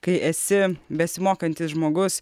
kai esi besimokantis žmogus